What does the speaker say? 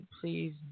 Please